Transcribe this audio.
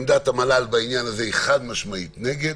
עמדת המל"ל בעניין הזה היא חד-משמעית נגד.